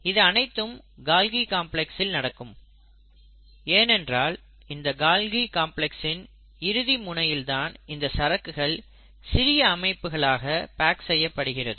இது அனைத்தும் கால்கி காம்ப்ளக்ஸ்சில் நடக்கும் ஏனென்றால் இந்த கால்கி காம்ப்ளக்ஸ்சின் இறுதி முனையில் தான் இந்த சரக்குகள் சிறிய அமைப்புகளாக பேக் செய்யப்படுகிறது